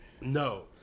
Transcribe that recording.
No